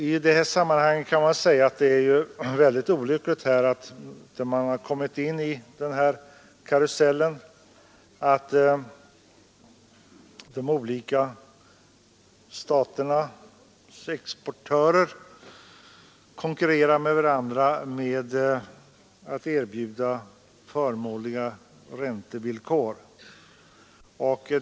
I detta sammanhang vill jag säga att det är olyckligt att man kommit in i denna karusell, där de olika staternas exportörer konkurrerar med varandra om att erbjuda de förmånligaste räntevillkoren.